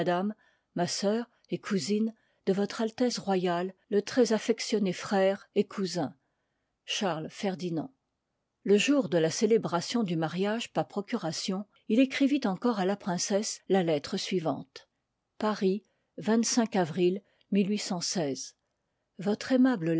ma sœur et cousine de votre altesse royale le très affectionné frère et cousin charles ferdinand le jour de la célébration du mariage par procuration il écrivit encore à la princesse la lettre suivante paris as avril votre aimable